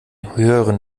höheren